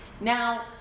Now